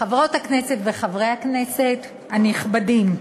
חברות הכנסת וחברי הכנסת הנכבדים,